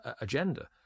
agenda